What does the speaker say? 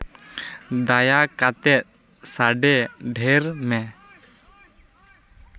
ᱫᱟᱭᱟᱠᱟᱛᱮ ᱥᱟᱰᱮ ᱰᱷᱮᱨ ᱢᱮ